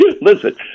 Listen